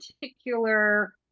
particular